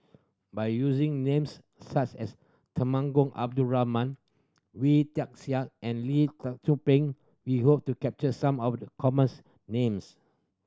by using names such as Temenggong Abdul Rahman Wee Tian Siak and Lee Tzu Pheng we hope to capture some of commons names